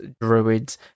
druids